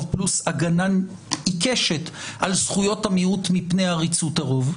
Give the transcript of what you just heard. פלוס הגנה עיקשת על זכויות המיעוט מפני עריצות הרוב.